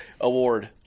award